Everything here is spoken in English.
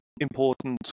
important